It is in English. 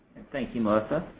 thank you, melissa.